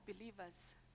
believers